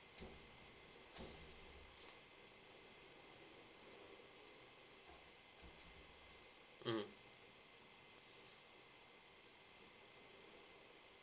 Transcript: mmhmm